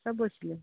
চব বৈছিলোঁ